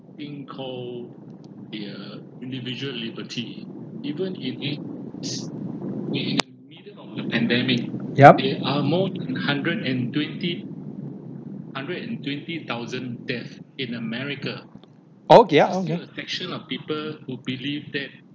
yup !ow! ya !ow! ya